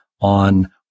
on